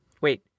Wait